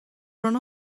run